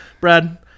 Brad